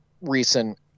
recent